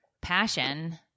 passion